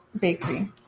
bakery